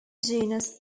genus